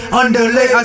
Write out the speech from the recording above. underlay